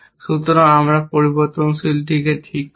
সুতরাং আমরা এই পরিবর্তনশীলটি ঠিক করি